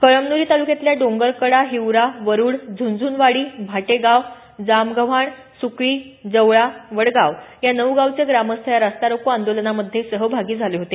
कळमन्री तालुक्यातल्या डोंगरकडा हिवरा वरुड झुनझुनवाडी भाटेगाव जामगव्हाण सुकळी जवळा वडगाव या नऊ गावचे ग्रामस्थ या रास्ता रोको आंदोलनामध्ये सहभागी झाले होते